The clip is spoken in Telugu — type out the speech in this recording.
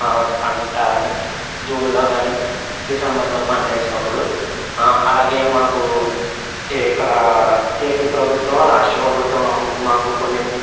పంట జూన్లో కాని డిసెంబర్లో పంట వేసినప్పుడు అలాగే మాకు ఇక్కడ ఏపీ ప్రభుత్వం రాష్ట్ర ప్రభుత్వం మాకు కొన్ని